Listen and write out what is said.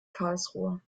karlsruhe